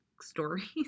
stories